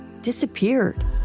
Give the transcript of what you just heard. disappeared